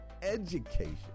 education